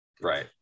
Right